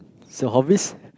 so hobbies